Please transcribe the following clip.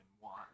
want